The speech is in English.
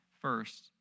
First